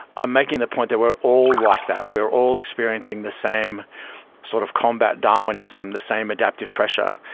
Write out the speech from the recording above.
i'm making the point that we're all like that. we're all experiencing the same sort of combat darwinism, the same adaptive pressure,